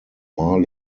mar